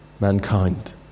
mankind